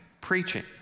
preaching